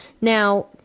Now